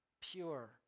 pure